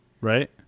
right